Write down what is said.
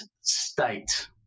state –